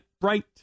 Bright